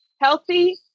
healthy